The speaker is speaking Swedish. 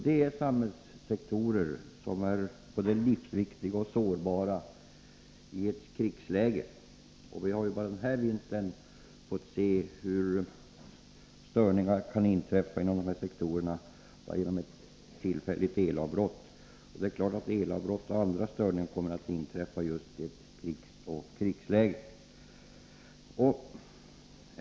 Det är samhällssektorer som är både livsviktiga och sårbara i ett krigsläge. Vi har denna vinter fått se hur störningar kan inträffa inom dessa sektorer bara genom ett tillfälligt elavbrott. Det är klart att elavbrott och andra störningar kommer att inträffa i ett krisoch krigsläge.